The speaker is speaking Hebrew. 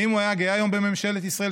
האם הוא היה גאה היום בממשלת ישראל,